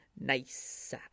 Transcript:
Nice